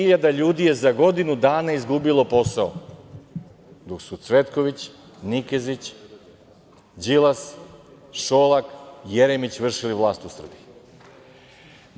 Dvesta pet ljudi je za godinu dana izgubilo posao, dok su Cvetković, Nikezić, Đilas, Šolak i Jeremić vršili vlast u Srbiji.